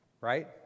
right